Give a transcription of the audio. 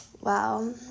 Wow